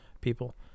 people